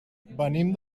venim